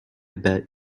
bet